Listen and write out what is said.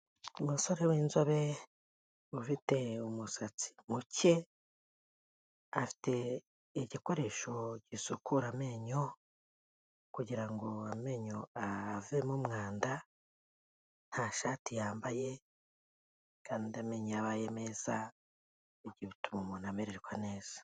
Umusore w'inzobe ufite umusatsi muke, afite igikoresho gisukura amenyo, kugira ngo amenyo avemo umwanda, nta shati yambaye kandi amenyo iyo abaye meza ibyo bituma umuntu amererwa neza.